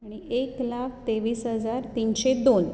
एक लाख तेवीस हजार तीनशें दोन